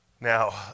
now